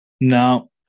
No